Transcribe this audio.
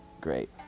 great